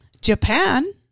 Japan